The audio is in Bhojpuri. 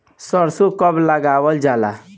सरसो कब लगावल जाला?